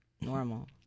normal